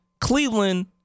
Cleveland